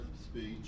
speech